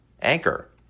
Anchor